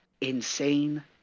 insane